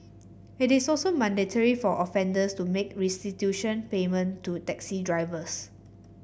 it is also mandatory for offenders to make restitution payment to taxi drivers